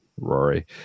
Rory